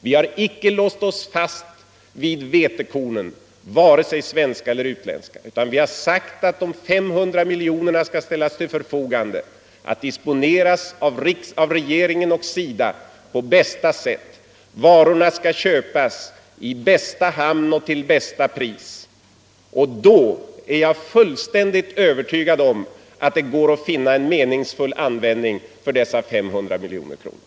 Vi har icke låst oss fast vid vetekornen, vare sig svenska eller utländska, utan vi har sagt att de 500 miljoner kronorna skall ställas till förfogande att disponeras på bästa sätt av regeringen och SIDA. Varorna skall köpas i bästa hamn och till bästa pris. Jag är fullständigt övertygad om att det då går att finna en meningsfull användning för dessa 500 miljoner kronor.